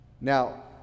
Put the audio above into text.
Now